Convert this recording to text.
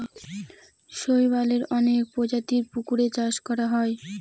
শৈবালের অনেক প্রজাতির পুকুরে চাষ করা হয়